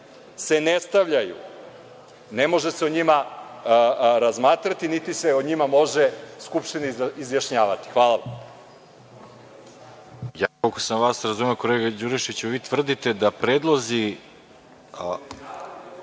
se ne stavljaju, ne može se o njima razmatrati, niti se o njima može Skupština izjašnjavati. Hvala vam. **Veroljub Arsić** Koliko sam vas razumeo, kolega Đurišiću, vi tvrdite da predlozi